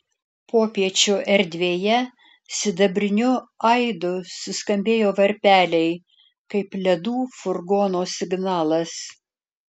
popiečio erdvėje sidabriniu aidu suskambėjo varpeliai kaip ledų furgono signalas